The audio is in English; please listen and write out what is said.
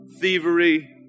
thievery